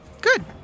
Good